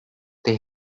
they